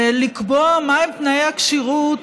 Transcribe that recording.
לקבוע מהם תנאי הכשירות